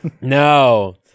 No